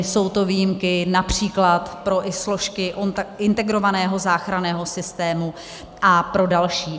Jsou to výjimky například i pro složky integrovaného záchranného systému a pro další.